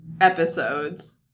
episodes